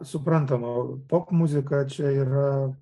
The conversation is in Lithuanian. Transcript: suprantama popmuzika čia yra